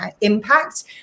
impact